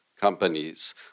companies